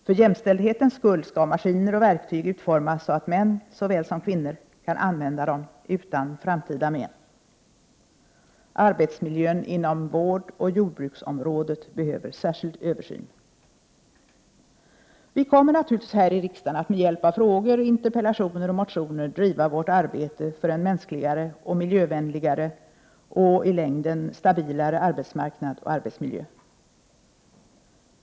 För jämställdhetens skull skall maskiner och verktyg utformas så att män såväl som kvinnor kan använda dem utan framtida men. Arbetsmiljön inom vårdoch jordbruksområdet behöver särskild översyn. Vi kommer naturligtvis här i riksdagen att med hjälp av frågor, interpellationer och motioner driva vårt arbete för en mänskligare och miljövänligare samt i längden stabilare arbetsmarknad och arbetsmiljö.